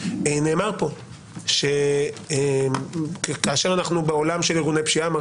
נאמר כאן שכאשר אנחנו בעולם של ארגוני פשיעה אמר